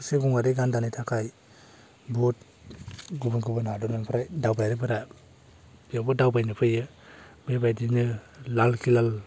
थसे गङारि गान्दानि थाखाय बहुत गुबुन गुबुन हादरनिफ्राय दावबायारिफोरा बेयावबो दावबायनो फैयो बेबायदिनो लालकिला